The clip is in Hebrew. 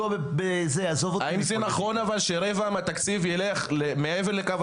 האם זה צודק שרבע מהתקציב ילך מעבר לקו